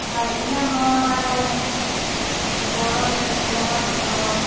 ᱟᱨ ᱤᱧᱟᱹᱜ ᱦᱚᱸ ᱚᱱᱟᱨᱮ ᱜᱚᱲᱚ ᱥᱚᱯᱚᱦᱚᱫ ᱫᱚ